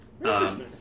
Interesting